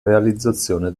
realizzazione